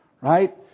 right